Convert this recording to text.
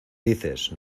dices